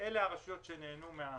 אלה הרשויות שנהנו מן